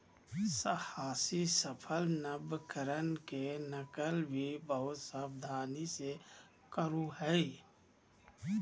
साहसी सफल नवकरण के नकल भी बहुत सावधानी से करो हइ